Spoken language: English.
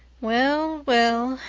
well, well,